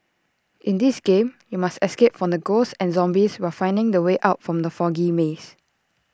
in this game you must escape from ghosts and zombies while finding the way out from the foggy maze